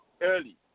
early